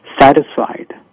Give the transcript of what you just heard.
satisfied